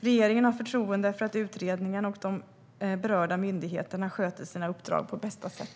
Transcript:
Regeringen har förtroende för att utredningen och de berörda myndigheterna sköter sina uppdrag på bästa sätt.